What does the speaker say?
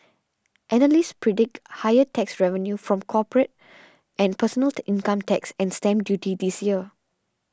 analysts predict higher tax revenue from corporate and personal income tax and stamp duty this year